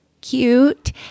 cute